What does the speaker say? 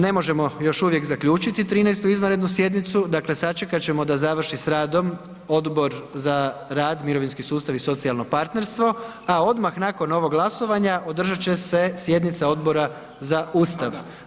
Ne možemo još uvijek zaključiti 13. izvanrednu sjednicu, dakle sačekat ćemo da završi s radom Odbor za rad, mirovinski sustav i socijalno partnerstvo, a odmah nakon ovog glasovanja, održat će se sjednica Odbora za Ustav.